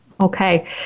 Okay